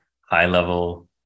high-level